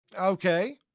Okay